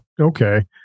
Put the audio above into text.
Okay